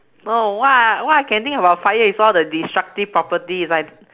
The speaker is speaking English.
no what what I can think about fire is all the destructive properties I d~